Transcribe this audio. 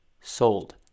sold